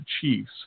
chiefs